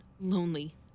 lonely